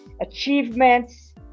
achievements